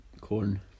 corn